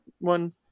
one